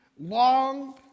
long